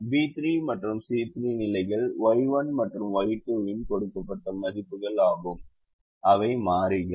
B3 மற்றும் C3 நிலைகள் Y1 மற்றும் Y2 இன் கொடுக்கப்பட்ட மதிப்புகள் ஆகும் அவை மாறிகள்